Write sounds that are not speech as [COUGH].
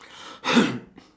[COUGHS]